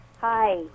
Hi